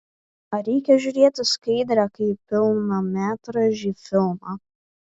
ar reikia žiūrėti skaidrę kaip pilnametražį filmą